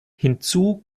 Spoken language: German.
hinzu